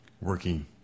working